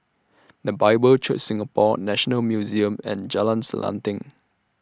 The Bible Church Singapore National Museum and Jalan Selanting